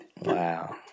Wow